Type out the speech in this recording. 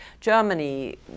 Germany